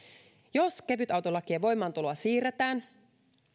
jos kevytautolakien voimaantuloa siirretään